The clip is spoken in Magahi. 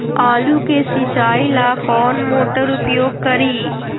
आलू के सिंचाई ला कौन मोटर उपयोग करी?